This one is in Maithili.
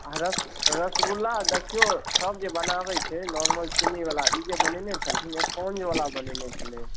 रस रसगुल्ला देखिऔ सब जे बनाबैत छै नोर्मल चीनी बला ई जे बनयने छलखिन स्पोंज बला बनयने छलै